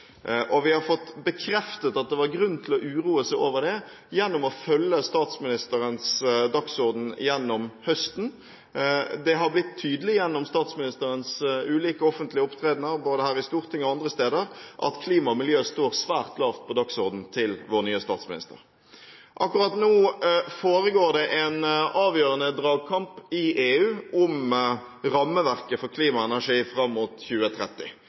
Og vi har fått bekreftet at det var grunn til å uroe seg over det ved å følge statsministerens dagsorden gjennom høsten. Det er blitt tydelig gjennom statsministerens ulike offentlige opptredener, både her i Stortinget og andre steder, at klima og miljø står svært lavt på dagsordenen til vår nye statsminister. Akkurat nå foregår det en avgjørende dragkamp i EU om rammeverket for klima og energi fram mot 2030.